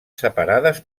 separades